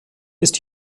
ist